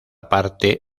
parte